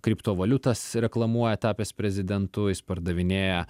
kriptovaliutas reklamuoja tapęs prezidentu jis pardavinėja